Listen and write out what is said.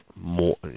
more